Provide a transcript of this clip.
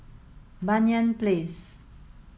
Banyan Place